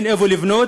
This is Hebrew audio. אין איפה לבנות,